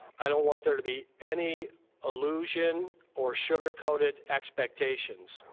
i don't want there to be any illusion or sugar coated expectations.